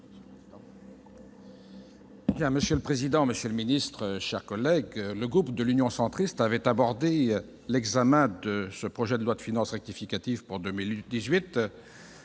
Monsieur le président, monsieur le secrétaire d'État, mes chers collègues, le groupe Union Centriste avait abordé l'examen de ce projet de loi de finances rectificative pour 2018